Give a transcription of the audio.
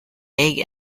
big